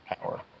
power